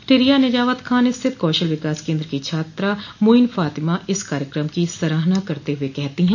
ठिरिया निजावत खान स्थित कौशल विकास केन्द्र की छात्रा मोईन फातिमा इस कार्यकम की सराहना करते हुए कहती हैं